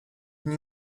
dni